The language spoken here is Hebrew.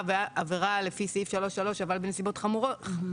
עבירה לפי סעיף 3(3) חבלה בנסיבות מחמירות,